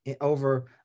over